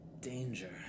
danger